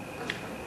לשר.